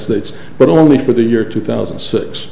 states but only for the year two thousand